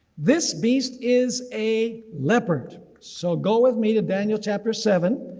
this beast is a leopard, so go with me to daniel chapter seven,